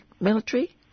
military